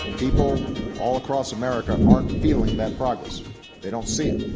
people all across america aren't feeling that progress they don't see it.